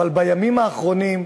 בימים האחרונים,